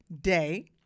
day